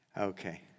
Okay